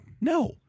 No